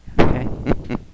Okay